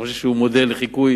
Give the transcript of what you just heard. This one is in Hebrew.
שאני חושב שהוא מודל לחיקוי